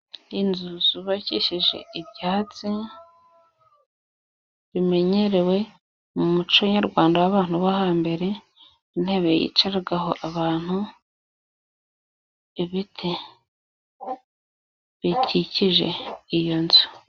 Inzu zubakishije ibyatsi bimenyerewe mu muco nyarwanda w'abantu bo hambere intebe yicaragaho abantu, ibiti bikikije iyo nzu.